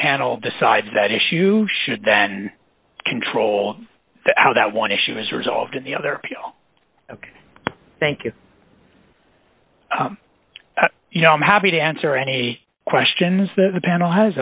panel decides that issue should then control how that one issue is resolved and the other people ok thank you you know i'm happy to answer any questions that the panel has